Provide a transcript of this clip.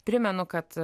primenu kad